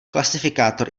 klasifikátor